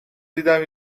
دیدم